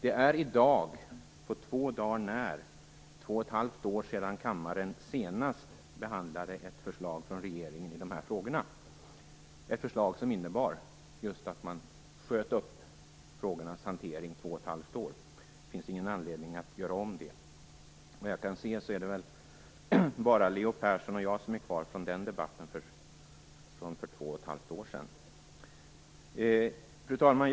Det är i dag på två dagar när två och ett halvt år sedan kammaren senast behandlade ett förslag från regeringen i dessa frågor - ett förslag som innebar just att man sköt upp frågornas hantering två och ett halvt år. Det finns ingen anledning att göra om det. Såvitt jag kan se är det bara Leo Persson och jag som är kvar från den debatt vi höll för två och ett halvt år sedan. Fru talman!